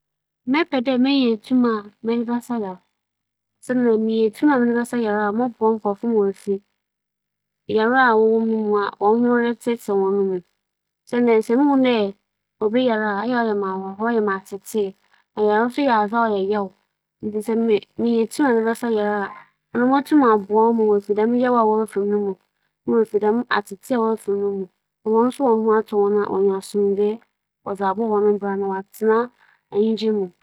Mebɛpɛ dɛ mebenya tum a medze bɛsa yarba biara kyɛn dɛ mebenya tum a medze bɛdandan nkorͻfo hͻn adwen. Siantsir nye dɛ, yarba yɛ yaw na nkorͻfo hͻn adwen a mebɛdandan dze, ͻnnhyɛ da mmfa mfaso biara mmbrɛ me ntsi obi yar na mutum sa no yarba a, ͻbɛma woesie sika na woenya apͻwmudzen so ͻdze akɛyɛ n'edwuma. Dɛm saso ntsi mebɛpɛ dɛ mebenya tum medze bɛsa yarba biara.